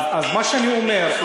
אז מה שאני אומר,